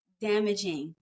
damaging